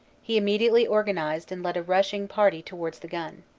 he immediately organized and led a rushing party towards the gun.